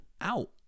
out